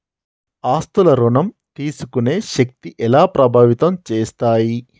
ఆస్తుల ఋణం తీసుకునే శక్తి ఎలా ప్రభావితం చేస్తాయి?